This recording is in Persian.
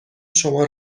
شما